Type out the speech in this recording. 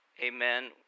amen